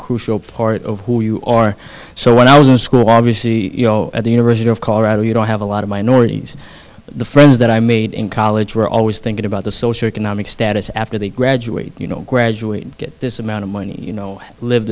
crucial part of who you are so when i was in school obviously you know at the university of colorado you don't have a lot of minorities the friends that i made in college were always thinking about the socioeconomic status after they graduate you know graduate get this amount of money you know live